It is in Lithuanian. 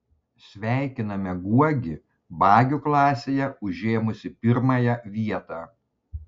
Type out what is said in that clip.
sveikiname guogį bagių klasėje užėmusį pirmąją vietą